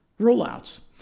rollouts